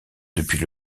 depuis